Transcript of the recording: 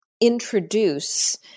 introduce